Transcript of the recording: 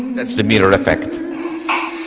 that's the mirror effect